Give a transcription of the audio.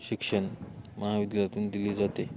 शिक्षण महाविद्यालयातून दिले जाते